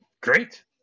great